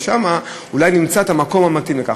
ושם אולי נמצא את המקום המתאים לכך.